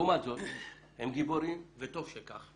לעומת זאת הם גיבורים וטוב שכך,